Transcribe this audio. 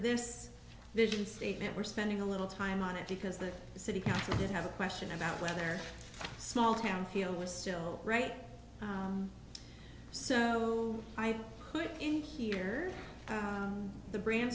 this vision statement we're spending a little time on it because the city council did have a question about whether their small town feel was still right so i put in here the bran